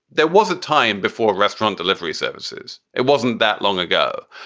there was a time before a restaurant delivery services. it wasn't that long ago.